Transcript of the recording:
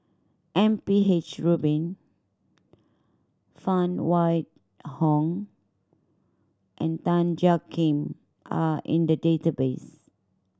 M P H Rubin Phan Wait Hong and Tan Jiak Kim are in the database